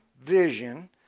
vision